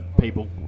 people